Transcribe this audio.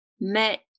met